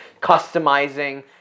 customizing